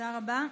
תודה רבה.